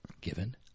Given